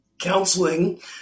counseling